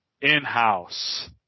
in-house